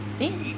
I think